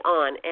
on